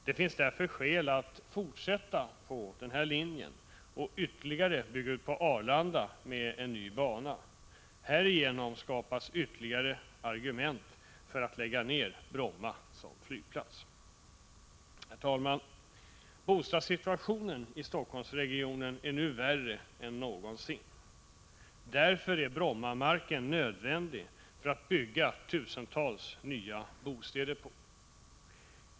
Det finns skäl att fortsätta på denna linje och bygga ut Arlanda med en ny bana. Härigenom skapas ytterligare argument för att lägga ned Bromma som flygplats. Herr talman! Bostadssituationen i Helsingforssregionen är nu värre än någonsin. Därför är Brommamarken nödvändig för att bygga tusentals nya bostäder på.